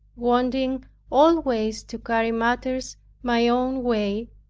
wanting always to carry matters my own way,